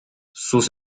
sus